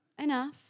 Enough